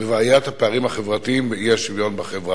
בבעיית הפערים החברתיים והאי-שוויון בחברה.